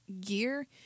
gear